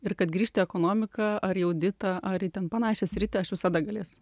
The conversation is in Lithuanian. ir kad grįžt į ekonomiką ar į auditą ar į ten panašią sritį aš visada galėsiu